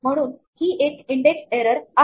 म्हणून ही एक इंडेक्स एरर आहे